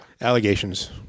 Allegations